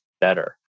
better